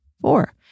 Four